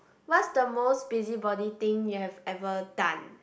what's the most busybody thing you have ever done